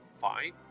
fine